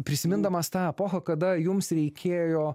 prisimindamas tą epochą kada jums reikėjo